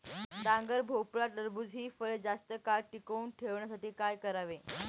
डांगर, भोपळा, टरबूज हि फळे जास्त काळ टिकवून ठेवण्यासाठी काय करावे?